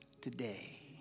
today